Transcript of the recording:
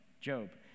Job